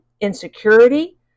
insecurity